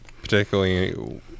particularly